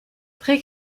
très